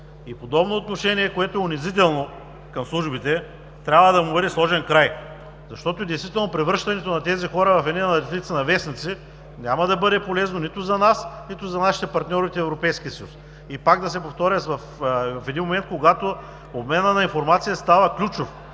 на подобно отношение, което е унизително към службите, трябва да му бъде сложен край. Действително превръщането на тези хора в едни аналитици на вестници няма да бъде полезно нито за нас, нито за нашите партньори от Европейския съюз. И пак да повторя, че в един момент обменът на информация става ключов